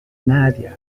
nadia